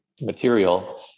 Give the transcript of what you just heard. material